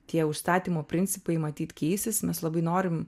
tie užstatymo principai matyt keisis mes labai norim